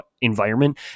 environment